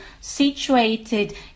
situated